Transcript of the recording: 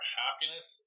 happiness